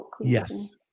Yes